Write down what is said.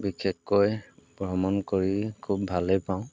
বিশেষকৈ ভ্ৰমণ কৰি খুব ভালেই পাওঁ